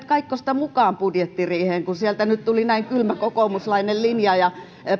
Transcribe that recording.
kaikkosta mukaan budjettiriiheen kun sieltä nyt tuli näin kylmä kokoomuslainen linja ja